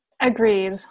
Agreed